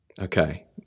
Okay